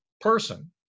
person